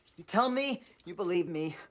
you tell me you believe me,